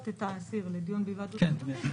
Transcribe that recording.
את האסיר לדיון בהיוועדות חזותית.